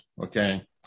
okay